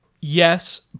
yes